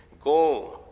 go